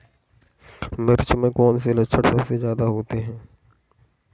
मिर्च में कौन से लक्षण सबसे ज्यादा होते हैं?